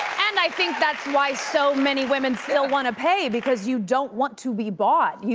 and i think that's why so many women still wanna pay, because you don't want to be bought. you